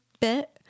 bit